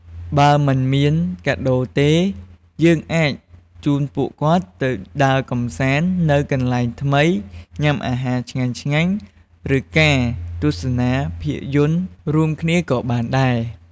បើមិនមានកាដូរទេ យើងអាចជូនពួកគាត់ទៅដើរកម្សាន្តនៅកន្លែងថ្មី ញ៉ាំអាហារឆ្ញាញ់ៗ ឬការទស្សនាភាពយន្តរួមគ្នាក៏បានដែរ។